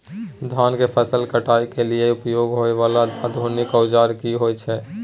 धान के फसल काटय के लिए उपयोग होय वाला आधुनिक औजार की होय छै?